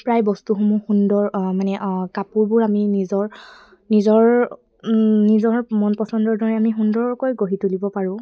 প্ৰায় বস্তুসমূহ সুন্দৰ মানে কাপোৰবোৰ আমি নিজৰ নিজৰ নিজৰ মন পচন্দৰ দৰে আমি সুন্দৰকৈ গঢ়ি তুলিব পাৰোঁ